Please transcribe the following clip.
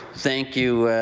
thank you,